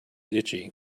itchy